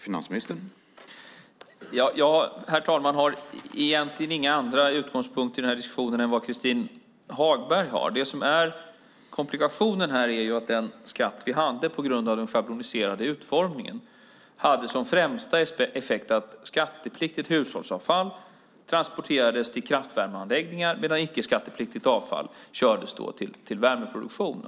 Herr talman! Jag har egentligen inga andra utgångspunkter i denna diskussion än vad Christin Hagberg har. Det som är komplikationen här är att den skatt som vi hade på grund av den schabloniserade utformningen hade som främsta effekt att skattepliktigt hushållsavfall transporterades till kraftvärmeanläggningar, medan icke skattepliktigt avfall kördes till värmeproduktion.